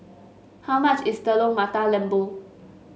how much is Telur Mata Lembu